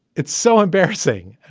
it's so embarrassing.